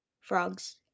Frogs